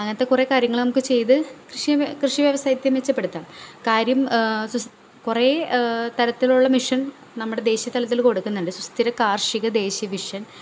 അങ്ങനത്തെ കുറേ കാര്യങ്ങൾ നമ്മൾക്ക് ചെയ്ത് കൃഷി കൃഷി വ്യവസായത്തെ മെച്ചപ്പെടുത്തുക കാര്യം സുസ് കുറേ തരത്തിലുള്ള മെഷീൻ നമ്മുടെ ദേശീയ തലത്തിൽ കൊടുക്കുന്നുണ്ട് സുസ്ഥിര കാർഷിക ദേശ് വിഷൻ